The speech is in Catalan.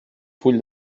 full